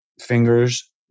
fingers